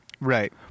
right